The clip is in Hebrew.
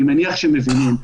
אני מניח שמבינים.